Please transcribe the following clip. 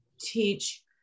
teach